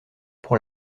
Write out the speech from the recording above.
pour